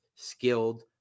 skilled